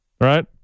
right